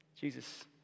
Jesus